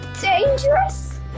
Dangerous